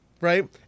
right